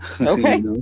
okay